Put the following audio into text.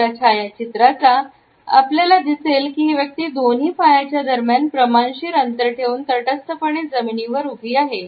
वरच्या छायाचित्राचा आपल्याला दिसेल ही व्यक्ती दोन्ही पायाच्या दरम्यान प्रमाणशीर अंतर ठेवून तटस्थपणे जमिनीवर उभी आहे